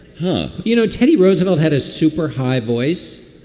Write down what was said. huh you know, teddy roosevelt had a super high voice,